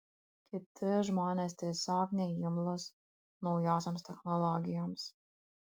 kiti žmonės tiesiog neimlūs naujosioms technologijoms